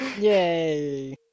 Yay